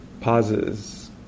pauses